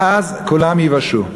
ואז כולם ייוושעו.